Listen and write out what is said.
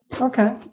Okay